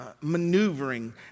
maneuvering